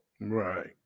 Right